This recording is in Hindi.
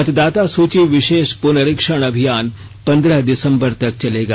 मतदाता सूची विशेष पुनरीक्षण अभियान पंद्रह दिसंबर तक चलेगा